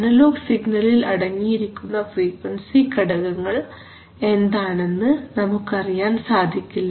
analogue സിഗ്നലിൽ അടങ്ങിയിരിക്കുന്ന frequency ഘടകങ്ങൾ എന്താണെന്ന് നമുക്ക് അറിയാൻ സാധിക്കില്ല